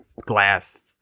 glass